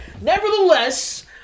Nevertheless